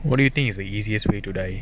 what do you think is the easiest way to die